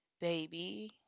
baby